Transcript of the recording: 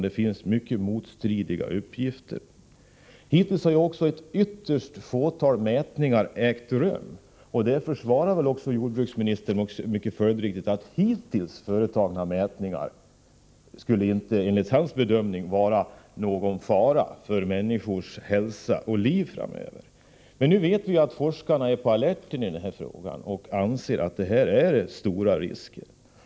Det finns mycket motstridiga uppgifter. Hittills har också ytterst få mätningar ägt rum. Jordbruksministern tycks närmast försvara detta, och han säger också att hittills vidtagna mätningar inte visar, enligt hans bedömning, att det skulle föreligga någon fara för människors liv och hälsa framöver. Men vi vet att forskarna är på alerten i det här fallet och anser att det finns ganska stora risker.